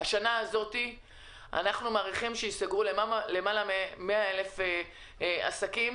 בשנה זו אנחנו מעריכים שייסגרו למעלה מ-100,000 עסקים,